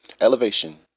Elevation